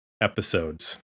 episodes